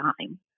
time